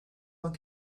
one